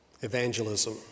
evangelism